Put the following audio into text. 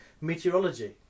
meteorology